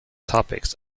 topics